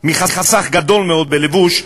גדול מאוד בלבוש,